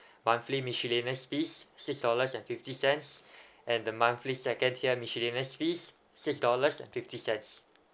monthly miscellaneous fees six dollars and fifty cents and the monthly second tier machinist fees six dollars and fifty cent